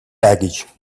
baggage